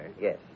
Yes